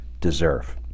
deserve